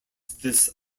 this